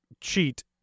cheat